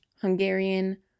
hungarian